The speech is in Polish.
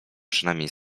przynajmniej